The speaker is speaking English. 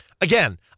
Again